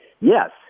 yes